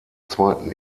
zweiten